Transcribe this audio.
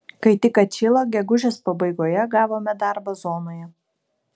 kai tik atšilo gegužės pabaigoje gavome darbą zonoje